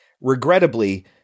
Regrettably